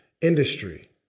industry